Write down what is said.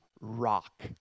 rock